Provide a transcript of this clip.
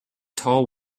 tall